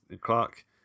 Clark